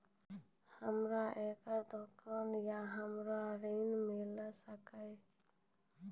हमर एगो दुकान या हमरा ऋण मिल सकत?